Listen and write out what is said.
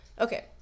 okay